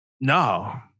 No